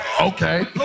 Okay